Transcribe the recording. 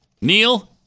Neil